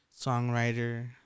songwriter